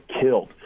killed